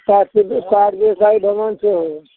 सात दिन सात दिनसँ एहिठमन छहो